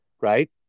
right